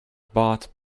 bought